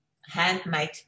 handmade